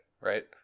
Right